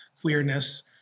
queerness